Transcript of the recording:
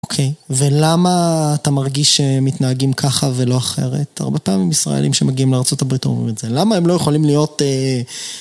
אוקיי, ולמה אתה מרגיש שהם מתנהגים ככה ולא אחרת? הרבה פעמים ישראלים שמגיעים לארה״ב אומרים את זה. למה הם לא יכולים להיות...